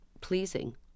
pleasing